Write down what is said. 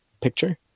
picture